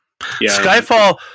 Skyfall